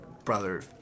brother